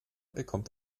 bekommt